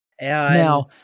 Now